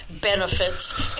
benefits